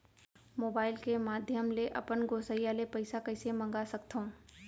Mobile के माधयम ले अपन गोसैय्या ले पइसा कइसे मंगा सकथव?